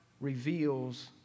reveals